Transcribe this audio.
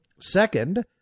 Second